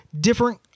different